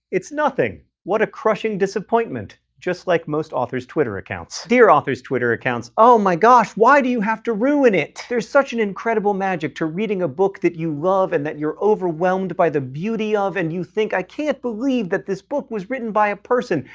it's nothing. what a crushing disappointment. just like most authors' twitter accounts. dear authors' twitter accounts, oh my gosh, why do you have to ruin it! there's such an incredible magic to reading a book that you love and that you're overwhelmed by the beauty of and you think, i can't believe that this book was written by a person!